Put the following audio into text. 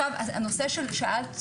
שאלת,